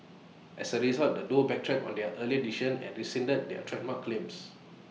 as A result the duo backtracked on their earlier decision and rescinded their trademark claims